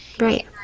Right